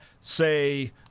say